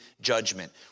judgment